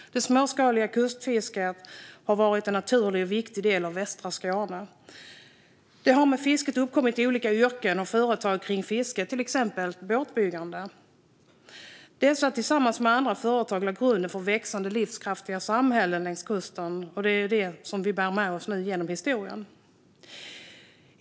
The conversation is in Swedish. Det småskaliga kustfisket har varit en naturlig och viktig del av västra Skåne. Olika yrken och företag har uppkommit med fisket, till exempel båtbyggande. Dessa företag tillsammans med andra företag lade grunden för växande livskraftiga samhällen längs kusten, och det är det vi bär med oss genom historien.